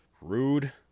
Rude